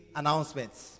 announcements